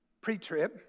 pre-trib